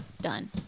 Done